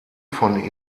von